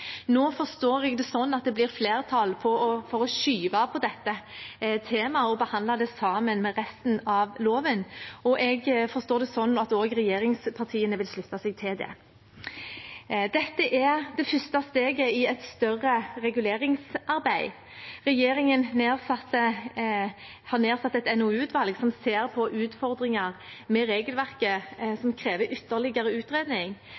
Nå forstår jeg det sånn at det blir flertall for å skyve på dette temaet og behandle det sammen med resten av loven, og jeg forstår det sånn at også regjeringspartiene vil slutte seg til det. Dette er det første steget i et større reguleringsarbeid. Regjeringen har nedsatt et NOU-utvalg som ser på utfordringer med regelverket som krever ytterligere utredning,